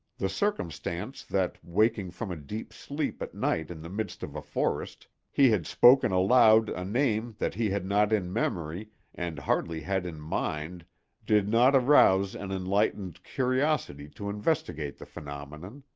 the circumstance that, waking from a deep sleep at night in the midst of a forest, he had spoken aloud a name that he had not in memory and hardly had in mind did not arouse an enlightened curiosity to investigate the phenomenon.